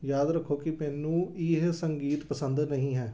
ਯਾਦ ਰੱਖੋ ਕਿ ਮੈਨੂੰ ਇਹ ਸੰਗੀਤ ਪਸੰਦ ਨਹੀਂ ਹੈ